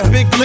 Big